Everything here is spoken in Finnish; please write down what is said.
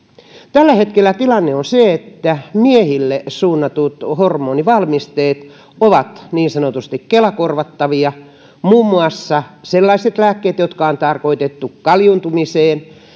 tällä hetkellä tilanne on se että miehille suunnatut hormonivalmisteet ovat niin sanotusti kela korvattavia muun muassa sellaiset lääkkeet jotka on tarkoitettu kaljuuntumiseen